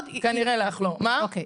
-- המוסדר להשכלה גבוהה -- שנייה,